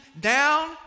Down